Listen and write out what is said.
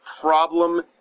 problem